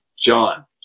John